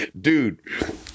Dude